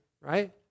right